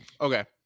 Okay